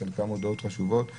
שחלקם הודעות חשובות וכו',